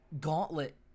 Gauntlet